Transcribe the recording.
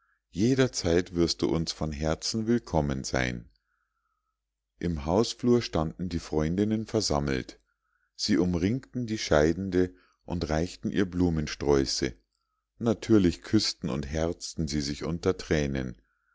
jederzeit wirst du uns von herzen willkommen sein im hausflur standen die freundinnen versammelt sie umringten die scheidende und reichten ihr blumensträuße natürlich küßten und herzten sie sich unter thränen